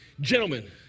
gentlemen